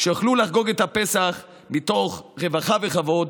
שיוכלו לחגוג את הפסח מתוך רווחה וכבוד,